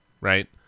right